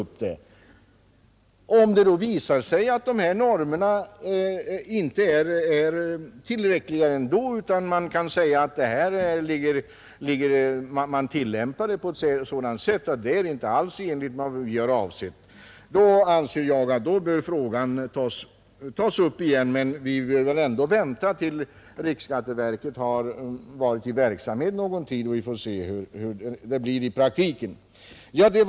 Och om det då visar sig att normerna tillämpas på ett sätt som inte överensstämmer med vad vi har avsett, då anser jag att frågan bör tas upp igen. Men vi bör väl vänta tills riksskatteverket har verkat någon tid och vi har fått se hur det slår i praktiken. Detta om detta.